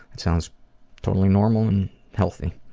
sounds totally normal and healthy.